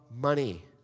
money